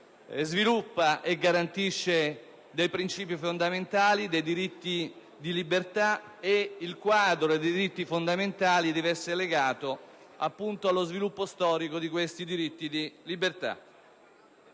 sviluppa e garantisce dei principi fondamentali e dei diritti di libertà. Il quadro dei diritti fondamentali deve essere appunto legato allo sviluppo storico di questi diritti di libertà.